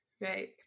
Right